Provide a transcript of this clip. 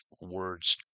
words